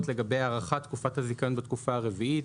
לגבי הארכת תקופת הזיכיון בתקופה הרביעית.